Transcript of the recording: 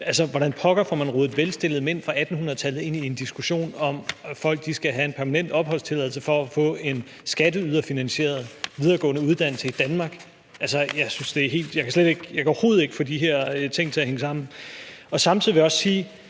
Hvordan pokker får man rodet velstillede mænd fra 1800-tallet ind i en diskussion om, hvorvidt folk skal have en permanent opholdstilladelse for at få en skatteyderfinansieret videregående uddannelse i Danmark? Altså, jeg kan overhovedet ikke få de her ting til at hænge sammen. Samtidig vil jeg også sige: